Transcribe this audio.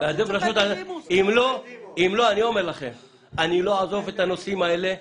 אני לא אעזוב את הנושא הזה,